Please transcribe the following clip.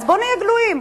בואו נהיה גלויים.